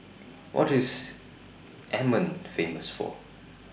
What IS Amman Famous For